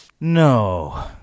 No